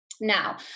Now